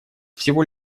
всего